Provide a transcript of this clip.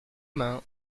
mains